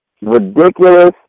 ridiculous